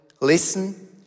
listen